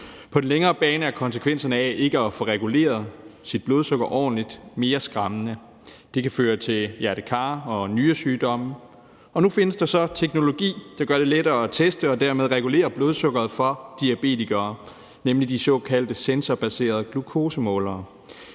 På den længere bane er konsekvenserne af ikke at få reguleret sit blodsukker ordentligt mere skræmmende. Det kan føre til hjerte-kar-sygdomme og nyresygdomme. Nu findes der så teknologi, der gør det lettere for diabetikere at teste og dermed regulere blodsukkeret, nemlig de såkaldte sensorbaserede glukosemålere.